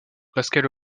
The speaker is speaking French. pascal